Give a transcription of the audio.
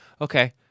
okay